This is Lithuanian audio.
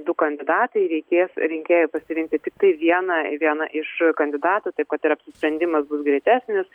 du kandidatai reikės rinkėjui pasirinkti tiktai vieną vieną iš kandidatų taip kad ir apsisprendimas bus greitesnis